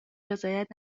رضایت